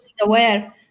aware